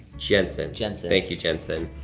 jensen. jensen. thank you, jensen.